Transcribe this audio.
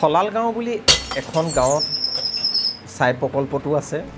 শলাল গাঁও বুলি এখন গাঁৱত ছাই প্ৰকল্পটো আছে